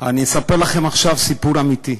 אני אספר לכם עכשיו סיפור אמיתי.